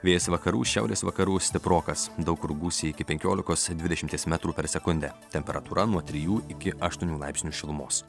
vėjas vakarų šiaurės vakarų stiprokas daug kur gūsiai iki penkiolikos dvidešimties metrų per sekundę temperatūra nuo trijų iki aštuonių laipsnių šilumos